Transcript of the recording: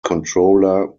controller